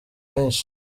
mwinshi